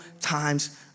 times